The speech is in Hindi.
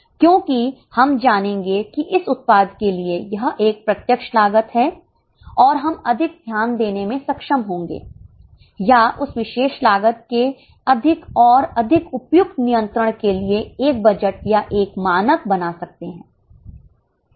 क्योंकि हम जानेंगे कि इस उत्पाद के लिए यह एक प्रत्यक्ष लागत है और हम अधिक ध्यान देने में सक्षम होंगे या उस विशेष लागत के अधिक और अधिक उपयुक्त नियंत्रण के लिए एक बजट या एक मानक बना सकते हैं